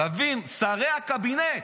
תבין, שרי הקבינט.